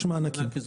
מענקים.